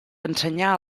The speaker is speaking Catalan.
ensenyar